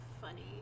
funny